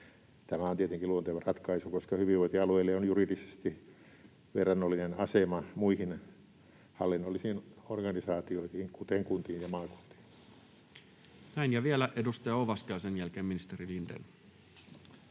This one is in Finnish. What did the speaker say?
Tämä on tietenkin luonteva ratkaisu, koska hyvinvointialueilla on juridisesti verrannollinen asema muihin hallinnollisiin organisaatioihin, kuten kuntiin ja maakuntiin. Näin. — Ja vielä edustaja Ovaska ja sen jälkeen ministeri Lindén.